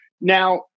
Now